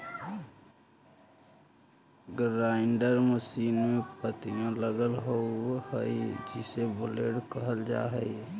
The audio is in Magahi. ग्राइण्डर मशीन में पत्तियाँ लगल होव हई जिसे ब्लेड कहल जा हई